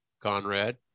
Conrad